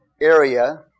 area